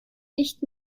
nicht